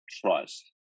trust